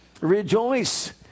rejoice